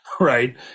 Right